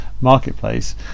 marketplace